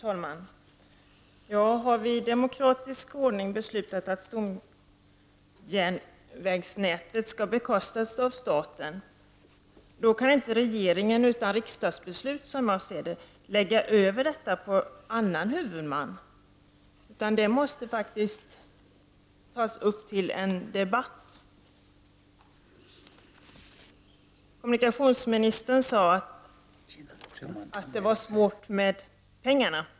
Herr talman! Har vi i demokratisk ordning beslutat att stomjärnvägsnätet skall bekostas av staten, så kan, som jag ser det, inte regeringen utan riksdagsbeslut lägga över detta på annan huvudman, utan det måste faktiskt tas upp en debatt. Kommunikationsministern sade att det var svårt med pengarna.